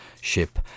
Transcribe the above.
ship